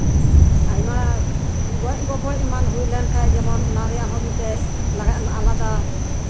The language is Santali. ᱟᱭᱢᱟ ᱜᱚᱡ ᱜᱚᱯᱚᱡ ᱮᱢᱟᱱ ᱦᱩᱭ ᱞᱮᱱᱠᱷᱟᱱ ᱡᱮᱢᱚᱱ ᱚᱱᱟ ᱨᱮᱭᱟᱜ ᱦᱚᱸ ᱢᱤᱫᱴᱮᱡ ᱞᱟᱜᱟᱱ ᱟᱞᱟᱫᱟ